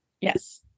yes